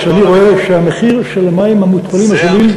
כשאני רואה שהמחיר של המים המותפלים הזולים ביותר,